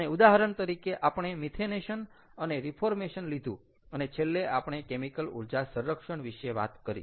અને ઉદાહરણ તરીકે આપણે મિથેનેશન અને રીફોર્મેશન લીધું અને છેલ્લે આપણે કેમિકલ ઊર્જા સંરક્ષણ વિશે વાત કરી